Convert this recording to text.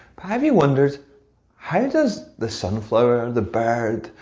have you wondered how does the sunflower, the bird,